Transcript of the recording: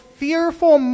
fearful